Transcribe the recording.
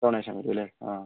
donation വരും അല്ലെ ആ